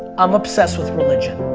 i'm obsessed with religion.